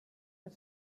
per